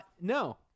No